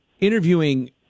interviewing